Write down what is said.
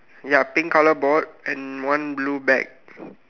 ya pink colour board and one blue bag